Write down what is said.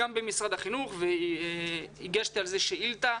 גם במשרד החינוך לא מתורגמות והגשתי על זה שאילתה.